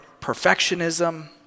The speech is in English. perfectionism